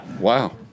wow